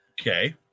Okay